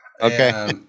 Okay